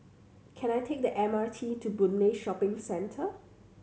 can I take the M R T to Boon Lay Shopping Centre